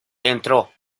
entró